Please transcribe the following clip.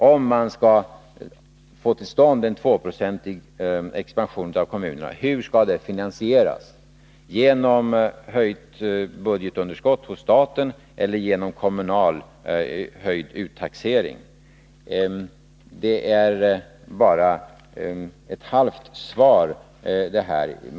Om man skall få till stånd en 2-procentig expansion inom kommunerna, hur skall den då finansieras — genom höjt budgetunderskott hos staten eller genom höjd kommunal uttaxering? Det är bara ett halvt svar det här.